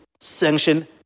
sanction